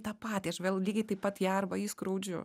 tą patį aš vėl lygiai taip pat ją arba jį skriaudžiu